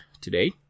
today